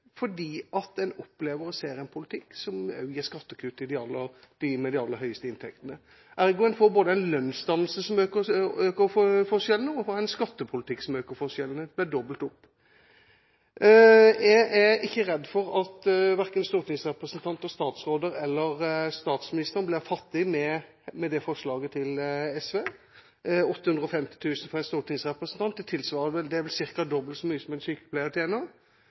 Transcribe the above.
fordi en opplever og ser en politikk som også gir skattekutt til de med de aller høyeste inntektene. Ergo får en både en lønnsdannelse som øker forskjellene, og en får en skattepolitikk som øker forskjellene; det blir dobbelt opp. Jeg er ikke redd for at stortingsrepresentanter, statsråder eller statsministeren blir fattige med forslaget til SV. 850 000 kr til en stortingsrepresentant er vel ca. dobbelt så mye som det en sykepleier tjener, og 1,2 mill. kr til